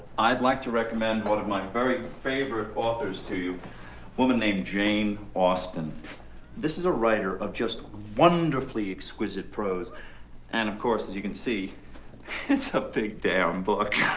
i'd like to recommend one but of my very favorite authors to you woman named jane austen this is a writer of just wonderfully exquisite prose and of course as you can see it's a big damn book